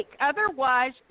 Otherwise